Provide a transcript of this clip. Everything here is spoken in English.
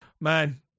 Man